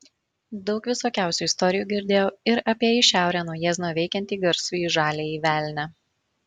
daug visokiausių istorijų girdėjau ir apie į šiaurę nuo jiezno veikiantį garsųjį žaliąjį velnią